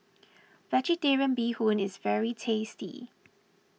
Vegetarian Bee Hoon is very tasty